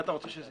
אם אתה רוצה שזה